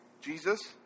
Jesus